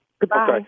Goodbye